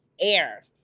air